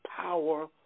power